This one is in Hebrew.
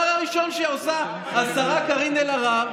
והדבר הראשון שעושה השרה קארין אלהרר,